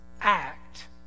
act